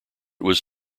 was